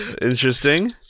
Interesting